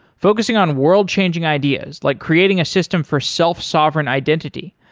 focusing on world-changing ideas like creating a system for self-sovereign identity,